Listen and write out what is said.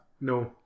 No